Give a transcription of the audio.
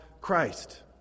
Christ